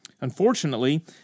Unfortunately